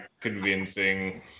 convincing